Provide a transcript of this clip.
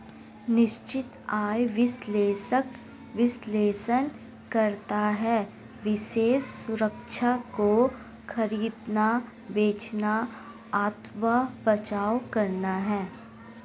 निश्चित आय विश्लेषक विश्लेषण करता है विशेष सुरक्षा को खरीदना, बेचना अथवा बचाव करना है